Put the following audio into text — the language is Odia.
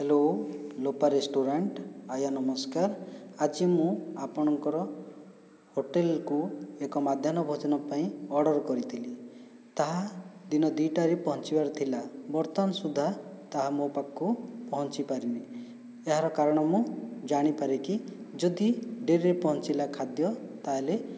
ହ୍ୟାଲୋ ଲୋପା ରେଷ୍ଟୁରାଣ୍ଟ ଆଜ୍ଞା ନମସ୍କାର ଆଜି ମୁଁ ଆପଣଙ୍କର ହୋଟେଲକୁ ଏକ ମଧ୍ୟାହ୍ନ ଭୋଜନ ପାଇଁ ଅର୍ଡ଼ର କରିଥିଲି ତାହା ଦିନ ଦୁଇଟାରେ ପହଞ୍ଚିବାର ଥିଲା ବର୍ତ୍ତମାନ ସୁଦ୍ଧା ତାହା ମୋ' ପାଖକୁ ପହଞ୍ଚି ପାରିନାହିଁ ଏହାର କାରଣ ମୁଁ ଜାଣିପାରେ କି ଯଦି ଡ଼େରିରେ ପହଞ୍ଚିଲା ଖାଦ୍ୟ ତା'ହେଲେ